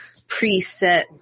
preset